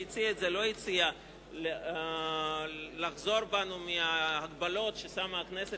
מי שהציע את זה לא הציע לחזור בנו מההגבלות ששמה הכנסת